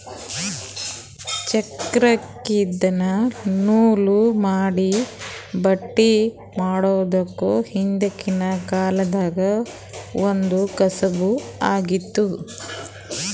ಚರಕ್ದಿನ್ದ ನೂಲ್ ಮಾಡಿ ಬಟ್ಟಿ ಮಾಡೋದ್ ಹಿಂದ್ಕಿನ ಕಾಲ್ದಗ್ ಒಂದ್ ಕಸಬ್ ಆಗಿತ್ತ್